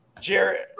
Jared